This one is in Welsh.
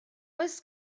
oes